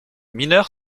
mineur